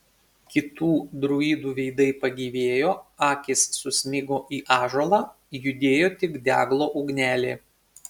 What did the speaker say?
kitų druidų veidai pagyvėjo akys susmigo į ąžuolą judėjo tik deglo ugnelė